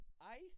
ice